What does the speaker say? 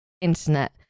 internet